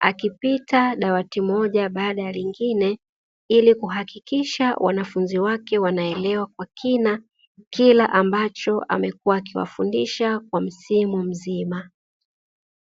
akipita dawati moja baada ya lingine ili kuhakikisha wanafuzni wake wanaelewa kwa kina kile ambacho amekuwa akiwafundisha kwa msimu mzima.